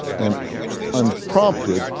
and unprompted,